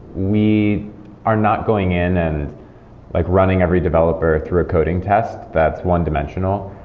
we are not going in and like running every developer through a coding test. that's one-dimensional.